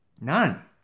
None